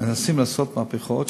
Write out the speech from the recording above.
מנסים לעשות מהפכות,